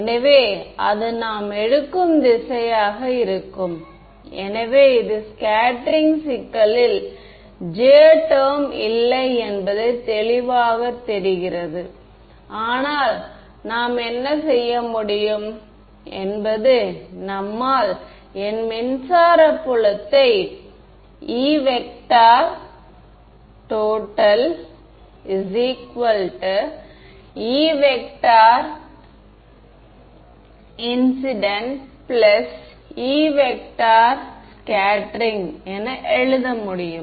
எனவே இறுதியாக நான் உண்மையில் எனது பாணியில் இந்த கோட்பாடு அனைத்தையும் முடித்திருப்பது எப்படி என்றால் அதை எவ்வாறு செயல்படுத்துவது என்பதுதான்